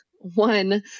one